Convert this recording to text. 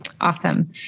Awesome